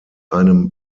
einem